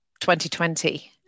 2020